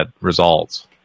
results